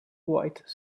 white